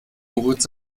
moritz